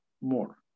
more